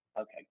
Okay